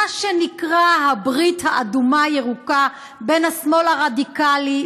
מה שנקרא הברית האדומה-ירוקה בין השמאל הרדיקלי,